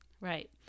Right